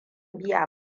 biya